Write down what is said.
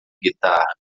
guitarra